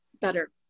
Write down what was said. better